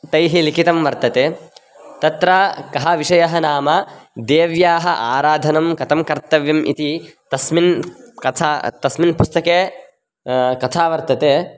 तैः लिखितं वर्तते तत्र कः विषयः नाम देव्याः आराधनं कथं कर्तव्यम् इति तस्यां कथायां तस्मिन् पुस्तके कथा वर्तते